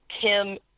Kim